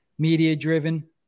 media-driven